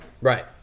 right